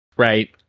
Right